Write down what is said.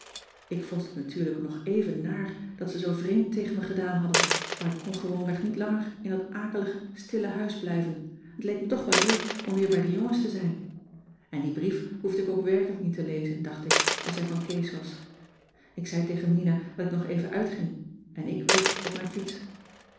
ik vond het natuurlijk nog even naar dat ze zoo vreemd tegen me gedaan hadden maar ik kon gewoonweg niet langer in dat akelige stille huis blijven en t leek me toch wel leuk om weer bij de jongens te zijn en dien brief hoefde ik ook werkelijk niet te lezen dacht ik als hij van kees was ik zei tegen mina dat ik nog even uitging en ik weg op mijn fiets